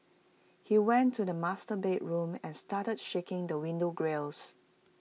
he went to the master bedroom and started shaking the window grilles